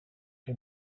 que